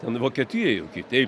ten vokietijoj jau kitaip